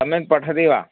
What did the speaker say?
सम्यक् पठति वा